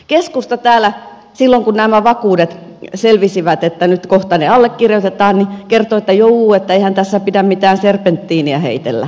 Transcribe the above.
keskusta täällä silloin kun nämä vakuudet selvisivät että nyt kohta ne allekirjoitetaan kertoi että juu eihän tässä pidä mitään serpentiiniä heitellä